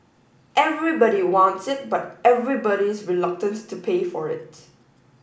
everybody wants it but everybody's reluctant to pay for it